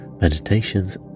meditations